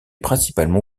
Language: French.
principalement